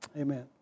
amen